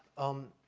um,